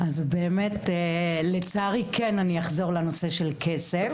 אז באמת לצערי כן אני אחזור לנושא של כסף,